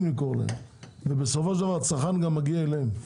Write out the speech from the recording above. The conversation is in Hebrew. למכור להם ובסופו של דבר הצרכן מגיע גם אליהם.